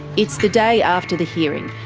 it's the day after the hearing,